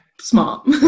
smart